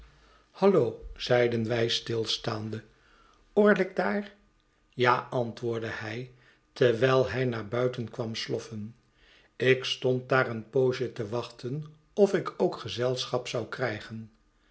hallo zeiden wij stilstaande orlick daar ja antwoordde hi terwijl hij naar buiten kwam slotffen ik stond daar een poosje te wachten of ik ook gezelschap zou krijgen